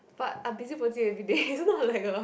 but I busybody everyday it's not like a